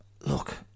Look